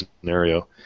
scenario